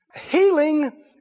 Healing